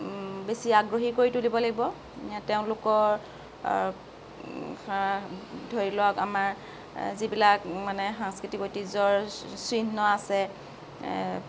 বেছি আগ্ৰহী কৰি তুলিব লাগিব তেওঁলোকৰ ধৰি লওক আমাৰ যিবিলাক মানে সাংস্কৃতিক ঐতিহ্যৰ চিহ্ন আছে